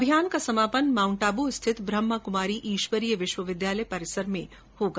अभियान का समापन माउंटआबू स्थित ब्रहमा कुमारी इश्वरीय विश्वविद्यालय परिसर में होगा